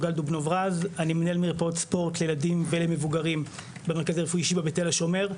אני מנהל מרפאות ספורט לילדים ולמבוגרים במרכז הרפואי שיבא בתל השומר,